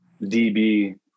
DB